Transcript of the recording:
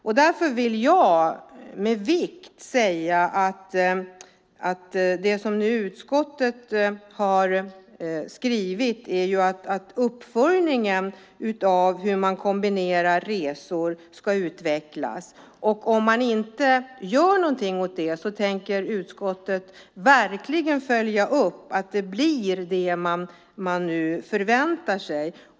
Jag vill därför betona det som också utskottet skrivit, att uppföljningen av hur man kombinerar resor ska utvecklas. Om man inte gör någonting åt det tänker utskottet följa upp frågan så att det verkligen blir det som nu förväntas.